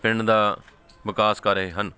ਪਿੰਡ ਦਾ ਵਿਕਾਸ ਕਰ ਰਹੇ ਹਨ